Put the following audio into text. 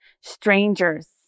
Strangers